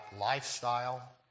lifestyle